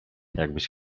jakbyś